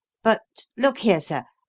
but look here, sir,